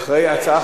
תראה לי את,